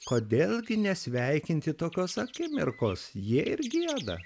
kodėl gi nesveikinti tokios akimirkos jie ir gieda